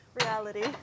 reality